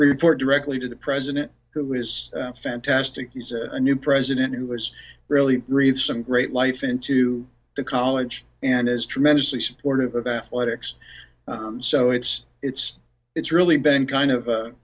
report directly to the president who is fantastic he's a new president who has really read some great life into the college and is tremendously supportive of athletics so it's it's it's really been kind of